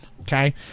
Okay